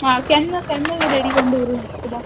आं केन्ना केन्ना रेडी कोरून दवरू तुका बोक्स